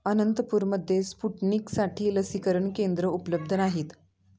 अनंतपूरमध्ये स्पुटनिकसाठी लसीकरण केंद्र उपलब्ध नाहीत